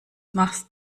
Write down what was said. machst